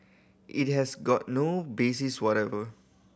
it has got no basis whatever